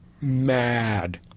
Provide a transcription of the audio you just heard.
mad